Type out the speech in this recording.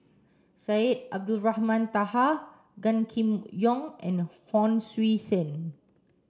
Syed Abdulrahman Taha Gan Kim Yong and Hon Sui Sen